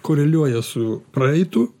koreliuoja su praeitu